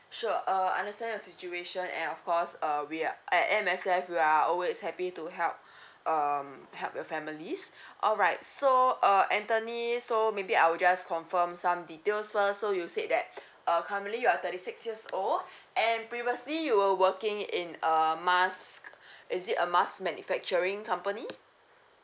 sure uh understand your situation and of course uh we are at M_S_F we are always happy to help um help your families alright so uh anthony so maybe I'll just confirm some details first so you said that uh currently you are thirty six years old and previously you were working in a mask is it a mask manufacturing company